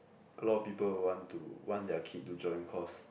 a lot of people would want to want their kid to join cause